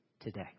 today